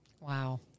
Wow